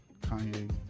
Kanye